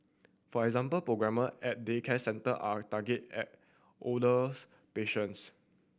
for example programme at daycare centre are targeted at older's patients